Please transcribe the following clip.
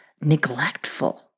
neglectful